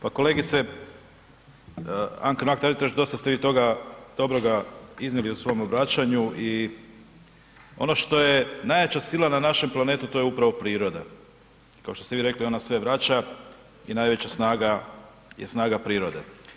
Pa kolegice Anka Mrak Taritaš dosta ste vi toga dobroga iznijeli u svom obraćanju i ono što je najjača sila na našem planetu to je upravo priroda, kao što ste vi rekli ona sve vraća i najveća snaga je snaga prirode.